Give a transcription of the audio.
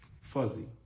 fuzzy